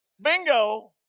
Bingo